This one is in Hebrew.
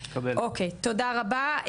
אוקי, תודה רבה.